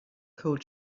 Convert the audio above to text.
cold